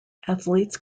athletes